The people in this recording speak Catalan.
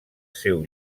seu